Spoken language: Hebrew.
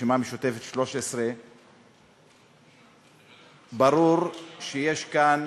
הרשימה המשותפת, 13. ברור שיש כאן